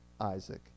Isaac